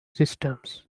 systems